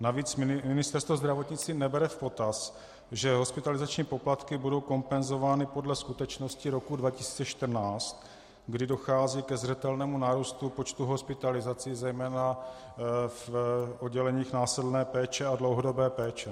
Navíc Ministerstvo zdravotnictví nebere v potaz, že hospitalizační poplatky budou kompenzovány podle skutečnosti roku 2014, kdy dochází ke zřetelnému nárůstu počtu hospitalizací, zejména v odděleních následné péče a dlouhodobé péče.